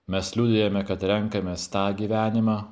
mes liudijame kad renkamės tą gyvenimą